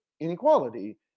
inequality